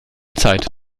zeit